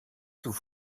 sous